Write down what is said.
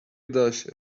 داشت